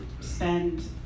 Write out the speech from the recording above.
spend